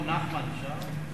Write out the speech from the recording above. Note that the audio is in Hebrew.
במקום נחמן אפשר,